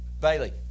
Bailey